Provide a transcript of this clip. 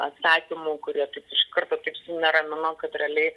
atsakymų kurie taip iš karto taip suneramino kad realiai